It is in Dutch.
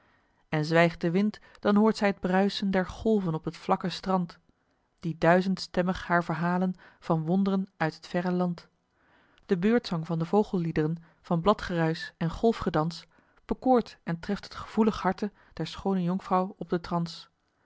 en zwijgt de wind dan hoort zij t bruisen der golven op het vlakke strand die duizendstemmig haar verhalen van wond'ren uit het verre land de beurtzang van de vogellied'ren van bladgeruisch en golfgedans bekoort en treft t gevoelig harte der schoone jonkvrouw op den trans